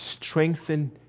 strengthen